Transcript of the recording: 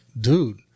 dude